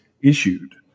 issued